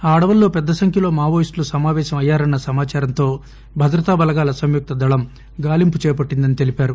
ఆ అడవుల్లో పెద్దసంఖ్యలో మావోయిస్టులు సమావేశమయ్యారన్న సమాచారంతో భద్రతా బలగాల సంయుక్త దళం గాలింపు చేపట్లిందని తెలీపారు